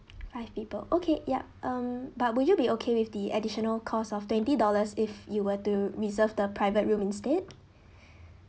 five people okay yup um but would you be okay with the additional cost of twenty dollars if you were to reserve the private room instead